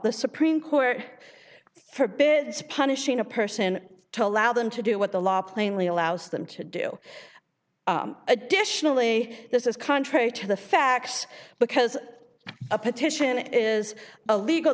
the supreme court forbids punishing a person to loud and to do what the law plainly allows them to do additionally this is contrary to the facts because a petition is a legal